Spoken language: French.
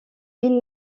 ville